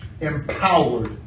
empowered